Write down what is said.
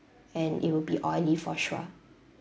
and it will be oily for sure